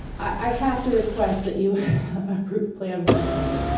i have to request that you approve plan one a.